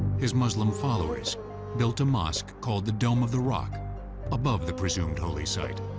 his muslim followers built a mosque called the dome of the rock above the presumed holy site.